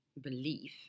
belief